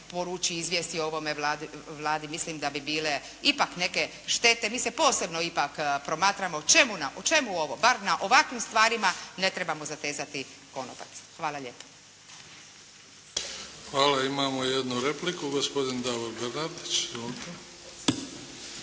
izvijesti o ovome Vladu. Mislim da bi bile ipak neke štete. Mi se posebno ipak promatramo. Čemu ovo? Bar na ovakvim stvarima ne trebamo zatezati konopac. Hvala lijepa. **Bebić, Luka (HDZ)** Hvala. Imamo jednu repliku gospodin Davor Bernardić.